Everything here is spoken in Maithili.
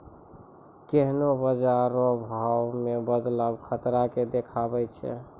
कोन्हों बाजार रो भाव मे बदलाव खतरा के देखबै छै